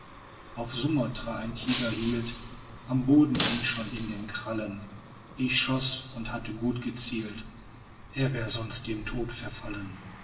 auf sumatra ein tiger hielt am boden ihn schon in den krallen ich schoß und hatte gut gezielt er wäre sonst dem tod verfallen